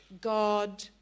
God